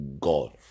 God